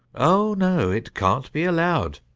oh no! it can't be allowed!